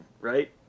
right